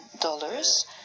dollars